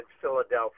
Philadelphia